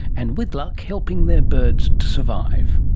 and, with luck, helping their birds to survive